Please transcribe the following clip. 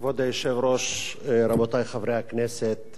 כבוד היושב-ראש, רבותי חברי הכנסת,